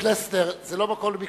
חבר הכנסת פלסנר, זה לא מקום לביקורת.